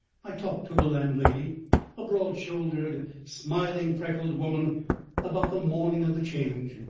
i talked to the landlady a broad-shouldered, smiling, freckled woman about the morning of the change.